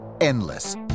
endless